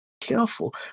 careful